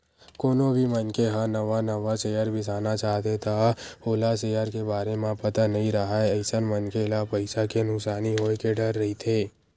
कोनो भी मनखे ह नवा नवा सेयर बिसाना चाहथे त ओला सेयर के बारे म पता नइ राहय अइसन मनखे ल पइसा के नुकसानी होय के डर रहिथे